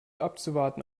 abzuwarten